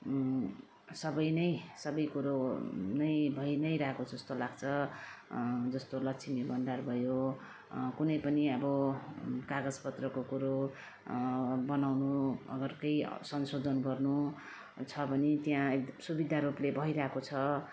सबै नै सबै कुरो नै भइ नै रहेको जस्तो लाग्छ जस्तो लक्ष्मी भन्डार भयो कुनै पनि अब कागज पत्रको कुरो बनाउनु अगर केही संसोधन गर्नु छ भने त्यहाँ सुविधा रूपले भइरहेको छ